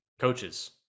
coaches